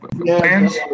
plans